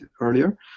earlier